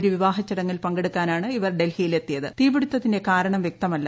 ഒരു വിവ്യാഹചടങ്ങിൽ പങ്കെടുക്കാനാണ് ഇവർ ഡൽഹിയിൽ എത്തിയത് തീപ്പിടുത്തത്തിന്റെ കാരണം വ്യക്തമല്ല